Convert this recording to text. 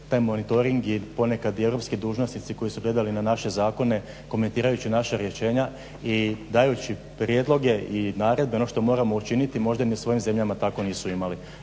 taj monitoring je, ponekad i europski dužnosnici koji su gledali na naše zakone komentirajući naša rješenja i dajući prijedloge i naredbe ono što moramo učiniti, možda ni u svojim zemljama tako nisu imali.